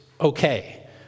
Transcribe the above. okay